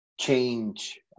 change